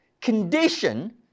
condition